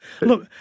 Look